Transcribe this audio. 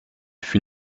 fut